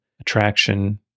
attraction